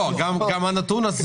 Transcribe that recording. גם הנתון הזה